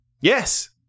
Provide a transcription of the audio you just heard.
Yes